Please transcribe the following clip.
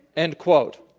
end quote.